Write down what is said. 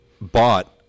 bought